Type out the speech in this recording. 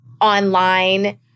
online